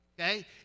Okay